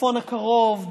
בצפון הקרוב,